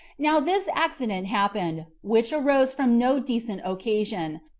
now this accident happened, which arose from no decent occasion,